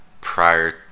prior